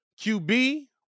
QB